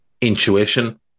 intuition